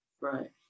right